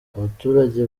abaturage